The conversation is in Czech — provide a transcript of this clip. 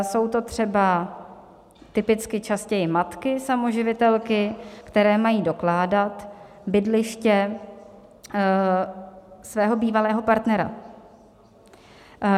Jsou to třeba typicky častěji matky samoživitelky, které mají dokládat bydliště svého bývalého partnera.